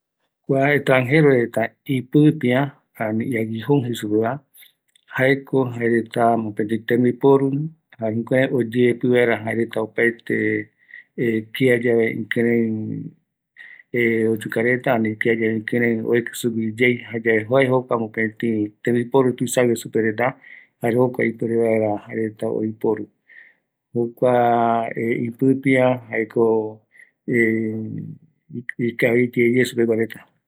Kua etrangero reta guinoï pɨpïa, jukua tembiporu supeguareta, pɨpe oyeepɨ reta vaera, kia yave oya jereta, jaera jaereta oiporu, oyoepɨ vaera reta